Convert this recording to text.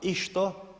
I što?